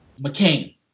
McCain